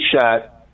shot